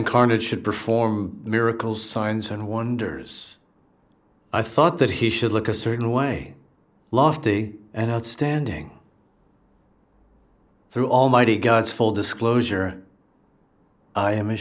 incarnate should perform miracles signs and wonders i thought that he should look a certain way lofty and outstanding through almighty god full disclosure i am a